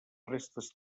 restes